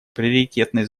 приоритетной